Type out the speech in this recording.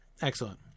excellent